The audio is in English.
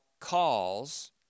calls